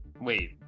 Wait